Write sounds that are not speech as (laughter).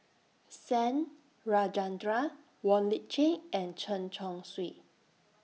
(unintelligible) Rajendran Wong Lip Chin and Chen Chong Swee